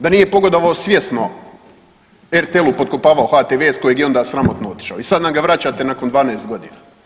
Da nije pogodovao svjesno, RTL potkopavao HTV s kojeg je onda sramotno otišao i sad nam ga vraćate nakon 12 godina.